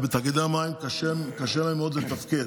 ולתאגידי המים קשה מאוד לתפקד.